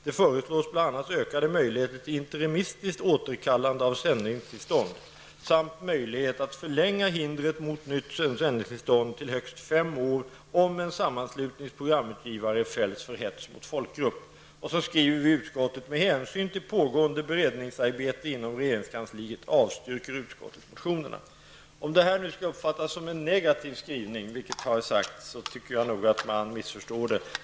Det föreslårs bl.a. ökade möjligheter till intermistiskt återkallande av sändningstillstånd samt möjlighet att förlänga hindret mot nytt sändningstillstånd till högst fem år om en sammanslutnings programutgivare fällts för hets mot folkgrupp.'' Vidare skriver vi i utskottet: ''Med hänsyn till pågående beredningsarbete inom regeringskansliet avstyrker utskottet motionerna --.'' Jag tycker att denna skrivning missförståtts om man hävdar att det är en negativ skrivning.